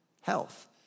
health